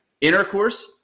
intercourse